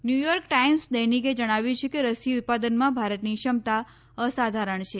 New York Times દૈનિકે જણાવ્યું છે કે રસી ઉત્પાદનમાં ભારતની ક્ષમતા અસાધારણ છે